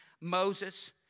Moses